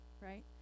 right